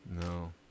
no